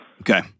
Okay